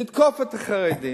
לתקוף את החרדים,